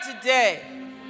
today